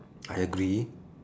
I agree